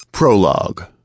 Prologue